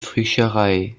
fischerei